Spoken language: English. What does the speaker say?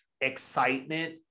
excitement